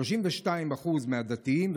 32% מהדתיים,